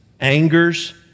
angers